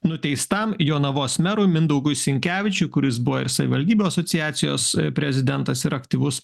nuteistam jonavos merui mindaugui sinkevičiui kuris buvo ir savivaldybių asociacijos prezidentas ir aktyvus